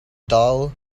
dull